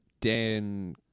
Dan